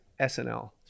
SNL